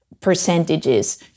percentages